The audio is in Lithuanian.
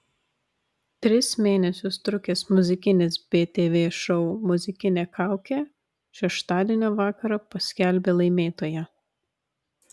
tris mėnesius trukęs muzikinis btv šou muzikinė kaukė šeštadienio vakarą paskelbė laimėtoją